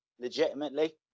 legitimately